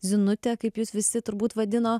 zinutė kaip jūs visi turbūt vadino